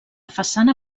façana